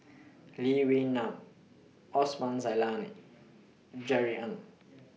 Lee Wee Nam Osman Zailani Jerry Ng